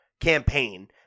campaign